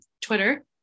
Twitter